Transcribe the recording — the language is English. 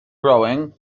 rowing